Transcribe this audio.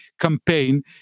campaign